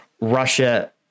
Russia